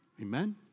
Amen